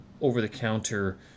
over-the-counter